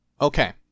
okay